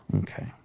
Okay